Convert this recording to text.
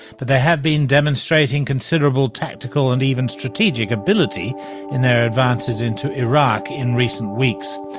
but they have been demonstrating considerable tactical and even strategic ability in their advances into iraq in recent weeks.